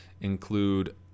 include